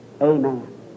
amen